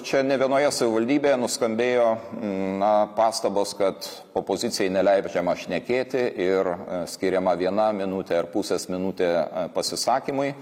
čia ne vienoje savivaldybėje nuskambėjo na pastabos kad opozicijai neleidžiama šnekėti ir skiriama vienutė minutė ar pusės minutė pasisakymui